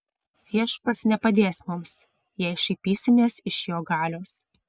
viešpats nepadės mums jei šaipysimės iš jo galios